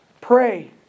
pray